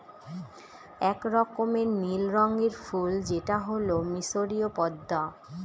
এক রকমের নীল রঙের ফুল যেটা হল মিসরীয় পদ্মা